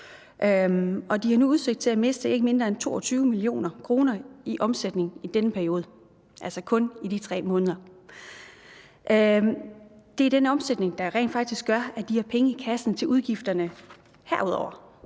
nu har udsigt til at miste ikke mindre end 22 mio. kr. i omsætning i denne periode, altså kun i de 3 måneder. Det er den omsætning, der rent faktisk gør, at de har penge i kassen til udgifterne herudover.